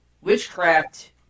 witchcraft